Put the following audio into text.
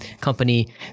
company